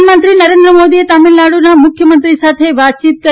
પ્રધાનમંત્રી નરેન્દ્ર મોદીએ તામીલનાડુના મુખ્યમંત્રી સાથે વાતયીત કરી